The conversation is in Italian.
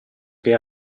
che